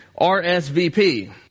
rsvp